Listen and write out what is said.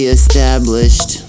established